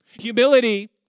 Humility